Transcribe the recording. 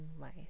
life